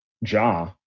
Ja